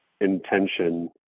intention